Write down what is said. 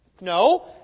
No